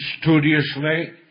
studiously